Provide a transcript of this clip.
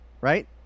right